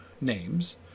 names